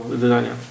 wydania